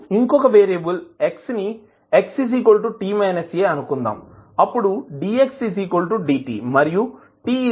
ఇప్పుడు ఇంకో variable X ని x t a అని అనుకుందాం అప్పుడు dxdt మరియు t xa